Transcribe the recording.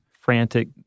frantic